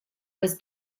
was